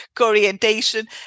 orientation